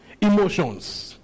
Emotions